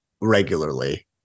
regularly